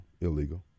illegal